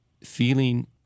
feeling